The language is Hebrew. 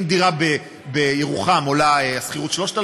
אם בדירה בירוחם השכירות עולה 3,000,